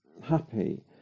happy